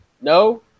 No